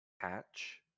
patch